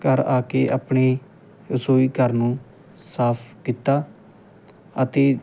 ਘਰ ਆ ਕੇ ਆਪਣੀ ਰਸੋਈ ਘਰ ਨੂੰ ਸਾਫ ਕੀਤਾ ਅਤੇ